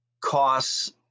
costs